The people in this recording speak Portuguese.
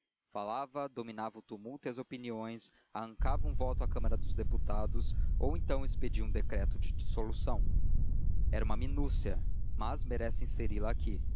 falava dominava o tumulto e as opiniões arrancava um voto à câmara dos deputados ou então expedia um decreto de dissolução é uma minúcia mas merece inseri la aqui